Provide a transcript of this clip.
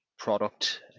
product